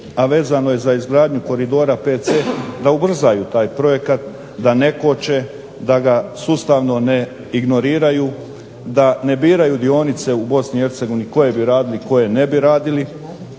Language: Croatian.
a vezano je za izgradnju koridora VC da ubrzaju taj projekat, da ne koče, da ga sustavno ne ignoriraju, da ne biraju dionice u Bosni i Hercegovini koje bi radili, koje ne bi radili,